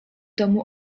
domu